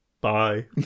Bye